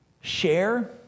share